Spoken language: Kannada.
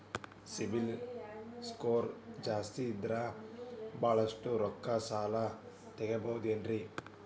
ಸಿಬಿಲ್ ಸ್ಕೋರ್ ಜಾಸ್ತಿ ಇದ್ರ ಬಹಳಷ್ಟು ರೊಕ್ಕ ಸಾಲ ತಗೋಬಹುದು ಏನ್ರಿ?